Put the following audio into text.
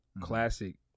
Classic